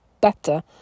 better